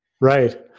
Right